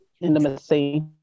intimacy